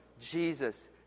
Jesus